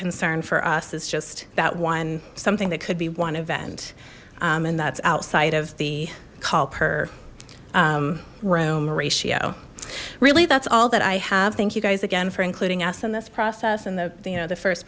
concern for us is just that one something that could be one event and that's outside of the call per roam ratio really that's all that i have thank you guys again for including us in this process and the you know the first